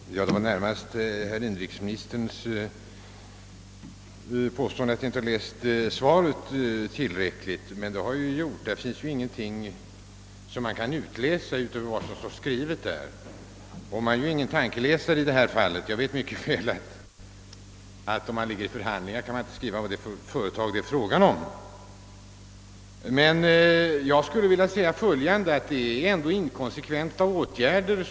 Herr talman! Jag vill närmast bemöta inrikesministerns påstående att jag inte läst svaret ordentligt. Det har jag gjort. Ingenting kan utläsas därur utöver vad som står skrivet och jag är ingen tankeläsare. Jag vet mycket väl att om man ligger i förhandlingar kan man inte tala om vilka företag det är fråga om, men jag anser att samhällets åtgärder härvidlag är inkonsekventa.